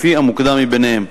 לפי המוקדם מביניהם.